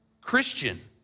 Christian